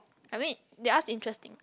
I mean they ask interesting